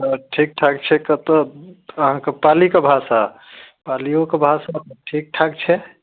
तऽ ठीक ठाक छै कतऽ आहाँके पालीके भाषा पालियोके भाषा तऽ ठीक ठाक छै